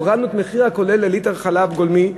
הורדנו את המחיר הכולל לליטר חלב גולמי,